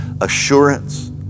assurance